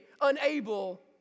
unable